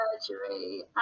surgery